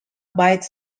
bite